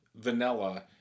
vanilla